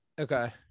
Okay